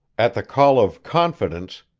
at the call of confidence,